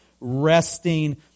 resting